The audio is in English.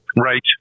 right